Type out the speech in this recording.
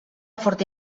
forta